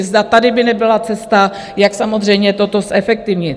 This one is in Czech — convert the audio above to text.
Zda tady by nebyla cesta, jak samozřejmě toto zefektivnit.